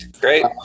great